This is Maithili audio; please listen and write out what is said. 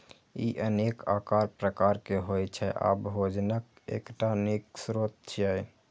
ई अनेक आकार प्रकार के होइ छै आ भोजनक एकटा नीक स्रोत छियै